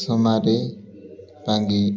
Somari Pangi